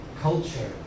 culture